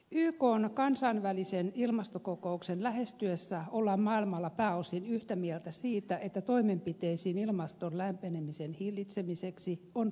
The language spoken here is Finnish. ykn kansainvälisen ilmastokokouksen lähestyessä ollaan maailmalla pääosin yhtä mieltä siitä että toimenpiteisiin ilmaston lämpenemisen hillitsemiseksi on ryhdyttävä